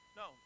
no